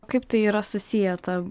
kaip tai yra susiję ta